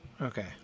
Okay